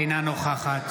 אינה נוכחת